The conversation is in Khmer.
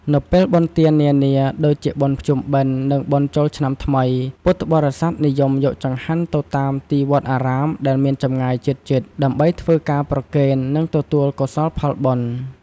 នៅពេលបុណ្យទាននានាដូចជា បុណ្យភ្ជុំបិណ្ឌ និង បុណ្យចូលឆ្នាំថ្មី ពុទ្ធបរិស័ទ និយមយកចង្ហាន់ទៅតាមទីវត្តអារាមដែលមានចម្ងាយជិតៗ ដើម្បីធ្វើការប្រគេន និងទទួលកោសលផលបុណ្យ។